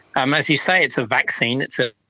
um as you say, it's a vaccine, it's ah